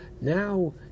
now